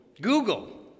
Google